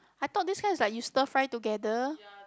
I thought this kind is like you stir fry together